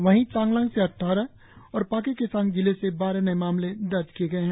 वहीं चांगलांग से अद्वारह और पाके केसांग जिले से बारह नए मामले दर्ज किए गए हैं